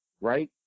right